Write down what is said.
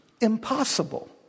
impossible